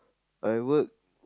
I work